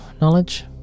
knowledge